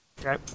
Okay